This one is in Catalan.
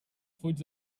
fuig